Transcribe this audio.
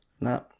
No